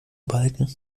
balken